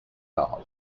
all